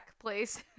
place